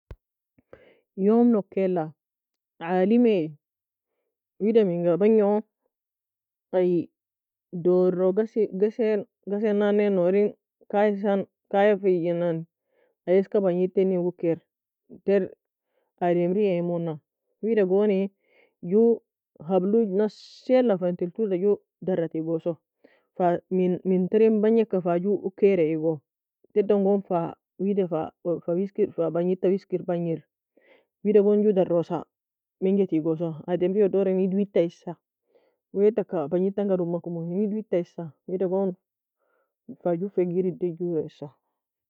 Yomnokela, alimea wida minga bagno? Ay doro ghasie ghasen ghasenane norin kaisen kayafijinan, ay eska bagnid teniga ukkair, ter ademriya imuna, wida goni, ju habluj nasieala, fenin tula ju dara tigoso, fa min min terin bagneka fa ju ukkaire igo, tedan gon fa, wida fa fa wiskir fa bagnidta weskir bagnir, wida gon ju darosaa, menja tigosa, ademrei oddor in idd weita issa, wea taka bagnid tanga dumakumu, in idd witta issa, wida goon fa ju fegeiridou juro issa.